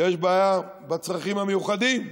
יש בעיה בצרכים המיוחדים,